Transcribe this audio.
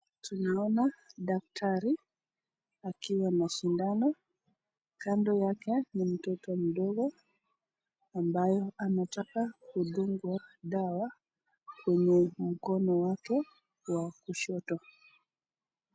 Tunaona daktari akiwa na shindano, kando yake ni mtoto mdogo ambayo ametoka kudungwa dawa kwenye mkono wake wa kushoto.